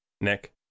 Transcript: Nick